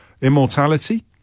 immortality